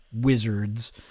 wizards